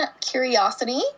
curiosity